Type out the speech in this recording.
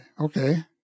Okay